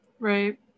right